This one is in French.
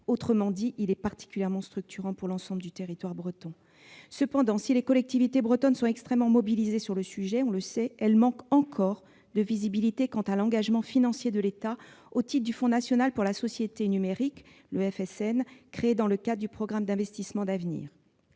Autrement dit, il est particulièrement structurant pour l'ensemble du territoire breton. Cependant, si les collectivités bretonnes sont extrêmement mobilisées sur le sujet, elles manquent encore de visibilité sur l'engagement financier de l'État au titre du FSN, le Fonds national pour la société numérique, créé dans le cadre du programme d'investissements d'avenir.